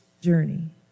journey